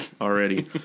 already